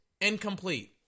Incomplete